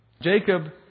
Jacob